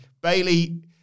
Bailey